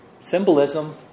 Symbolism